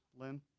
Lynn